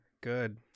Good